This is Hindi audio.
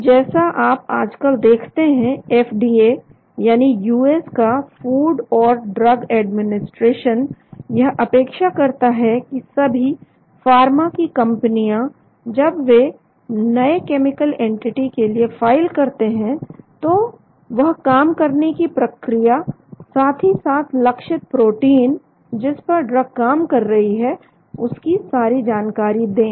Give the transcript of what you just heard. और जैसा आप आजकल देखते हैं एफडीए यानी यूएस का फूड और ड्रग एडमिनिस्ट्रेशन यह अपेक्षा करता है कि सभी फार्मा की कंपनियां जब वे नए केमिकल एंटिटी के लिए फाइल करते हैं तो वह काम करने की प्रक्रिया साथ ही साथ लक्षित प्रोटीन जिस पर ड्रग काम कर रही है उसकी सारी जानकारी दें